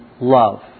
love